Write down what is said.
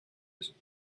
desert